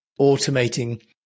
automating